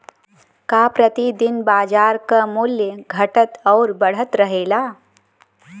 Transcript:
का प्रति दिन बाजार क मूल्य घटत और बढ़त रहेला?